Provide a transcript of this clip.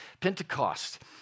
Pentecost